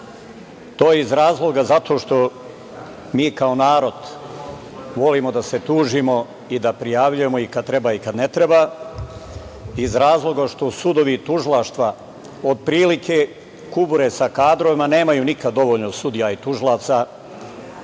To je iz razloga što mi kao narod volimo da se tužimo i da prijavljujemo i kada treba i kada ne treba iz razloga što sudovi i tužilaštva otprilike kubure sa kadrovima, nemaju nikada dovoljno sudija i tužilaca